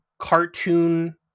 cartoon